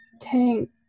tank